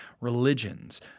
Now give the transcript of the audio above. religions